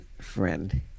Friend